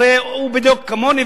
הרי הוא בדעות כמוני,